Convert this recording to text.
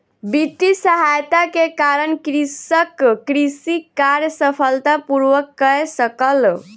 वित्तीय सहायता के कारण कृषक कृषि कार्य सफलता पूर्वक कय सकल